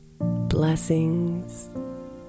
Blessings